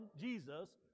Jesus